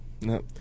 No